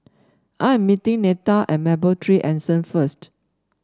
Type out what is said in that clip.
I am meeting Neta at Mapletree Anson first